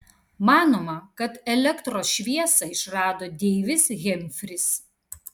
manoma kad elektros šviesą išrado deivis hemfris